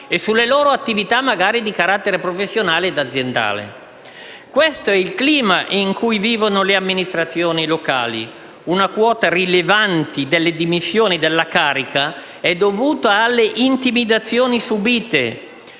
sulle loro attività di carattere professionale ed aziendale. Questo è il clima in cui vivono le amministrazioni locali. Una quota rilevante delle dimissioni dalla carica è dovuta alle intimidazioni subite.